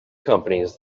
companies